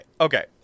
okay